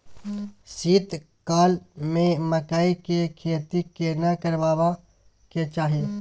शीत काल में मकई के खेती केना करबा के चाही?